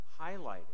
highlighted